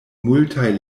multaj